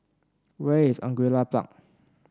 where is Angullia Park